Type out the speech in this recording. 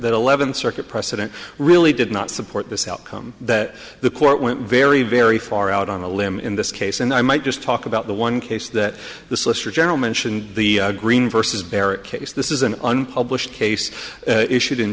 that eleventh circuit precedent really did not support this outcome that the court went very very far out on a limb in this case and i might just talk about the one case that the solicitor general mentioned the green versus barrett case this is an unpublished case issued in